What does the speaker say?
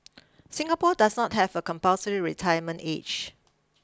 Singapore does not have a compulsory retirement age